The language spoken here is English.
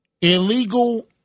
Illegal